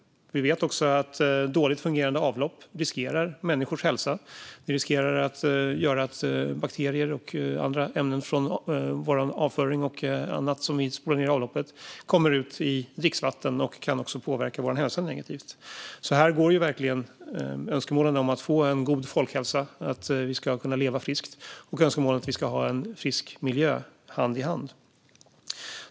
Vi vet att dåligt fungerande avlopp riskerar människors hälsa. Det riskerar att göra att bakterier och andra ämnen från vår avföring och annat som vi spolar ned i avloppet kommer ut i dricksvatten och kan påverka vår hälsa negativt. Här går verkligen önskemålen om att få en god folkhälsa, att vi ska kunna leva friskt, och önskemålen om att vi ska ha en frisk miljö hand i hand.